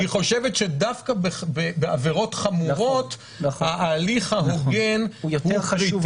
היא חושבת שדווקא בעברות חמורות ההליך ההוגן קריטי יותר.